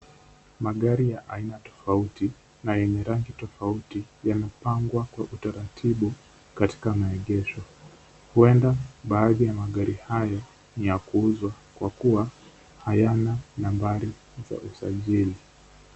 Magari ya aina tofauti na yenye rangi tofauti yamepangwa kwa utaratibu katika maegesho. Huenda magari hayo ni ya kuuzwa kwa kuwa hayana nambari za usajili.